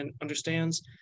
understands